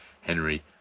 Henry